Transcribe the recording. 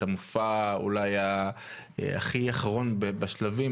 המופע אולי הכי אחרון בשלבים.